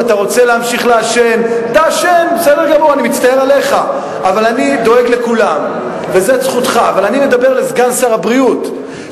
ואני לא מדבר על העלות הכספית,